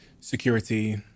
Security